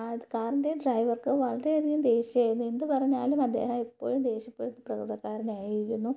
അത് കാറിൻ്റെ ഡ്രൈവർക്ക് വളരെയധികം ദേഷ്യം ആയിരുന്നു എന്തു പറഞ്ഞാലും അദ്ദേഹം എപ്പോഴും ദേഷ്യപ്പെടുന്ന പ്രകൃതക്കാരനായിരുന്നു